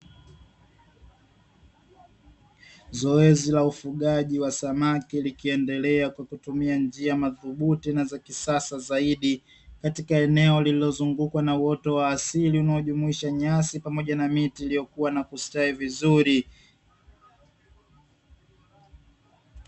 Zoezi la ufugaji wa samaki likiendelea kwa kutumia njia za kisasa na madhubuti zaidi na za kisasa zaidi, katika eneo lililozungukwa na uoto wa asili unaojumuisha nyasi fupi pamoja miti iliyokua na kustawi vizuri.